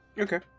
Okay